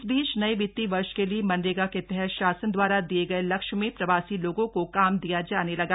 इस बीच नए वितीय वर्ष के लिए मनरेगा के तहत शासन द्वारा दिये गए लक्ष्य में प्रवासी लोगों को काम दिया जाने लगा